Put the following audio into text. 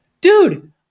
Dude